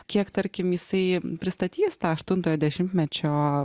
kiek tarkim jisai pristatys tą aštuntojo dešimtmečio